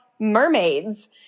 mermaids